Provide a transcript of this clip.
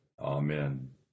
Amen